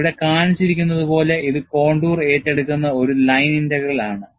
ഇവിടെ കാണിച്ചിരിക്കുന്നതുപോലെ ഇത് കോണ്ടൂർ ഏറ്റെടുക്കുന്ന ഒരു ലൈൻ ഇന്റഗ്രൽ ആണ്